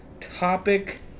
topic